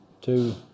two